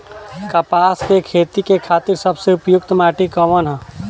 कपास क खेती के खातिर सबसे उपयुक्त माटी कवन ह?